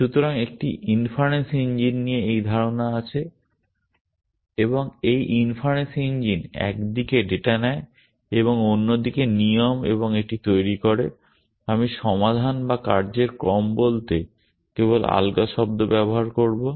সুতরাং একটি inference engine নিয়ে এই ধারণা আছে এবং এই ইনফারেন্স ইঞ্জিন একদিকে ডেটা নেয় এবং অন্যদিকে নিয়ম এবং এটি তৈরি করে আমি সমাধান বা কার্যের ক্রম বলতে কেবল আলগা শব্দ ব্যবহার করব